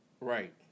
Right